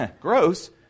gross